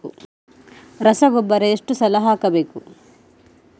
ರಸಗೊಬ್ಬರ ಎಷ್ಟು ಸಲ ಹಾಕಬೇಕು?